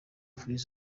free